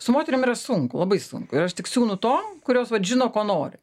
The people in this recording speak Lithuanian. su moterim yra sunku labai sunku ir aš tik siūnu tom kurios vat žino ko nori